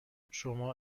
شما